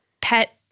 pet